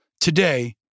Today